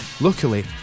Luckily